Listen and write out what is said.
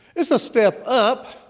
it's a step up,